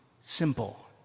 simple